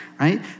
right